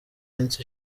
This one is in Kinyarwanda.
minsi